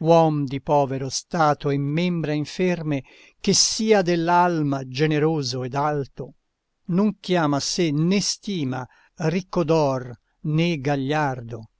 uom di povero stato e membra inferme che sia dell'alma generoso ed alto non chiama sé né stima ricco d'or né gagliardo